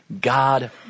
God